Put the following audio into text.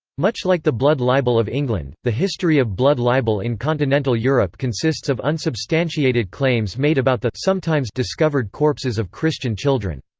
much like the blood libel of england, the history of blood libel in continental europe consists of unsubstantiated claims made about the discovered corpses of christian children.